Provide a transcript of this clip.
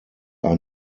are